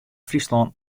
fryslân